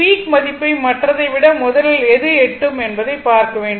peak மதிப்பை மற்றதை விட முதலில் எது எட்டும் என்பதை பார்க்க வேண்டும்